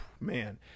Man